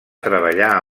treballar